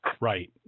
Right